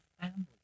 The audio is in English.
family